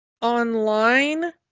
online